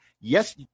yes